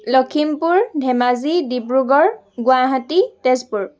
Lakhimpur Dhemaji Dibrugarh Guwahati Tezpur